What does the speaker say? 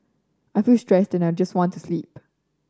I feel stressed and just want to sleep